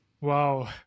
Wow